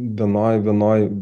vienoj vienoj